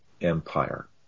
empire